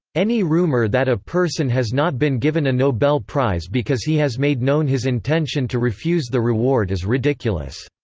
any rumor that a person has not been given a nobel prize because he has made known his intention to refuse the reward is ridiculous